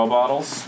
bottles